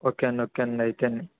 okay అండి okay అండి అయితే